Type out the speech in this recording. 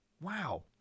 Wow